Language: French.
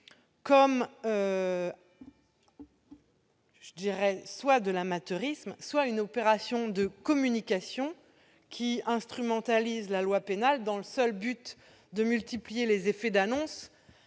comme soit de l'amateurisme, soit une opération de communication instrumentalisant la loi pénale dans le seul but de multiplier les effets d'annonce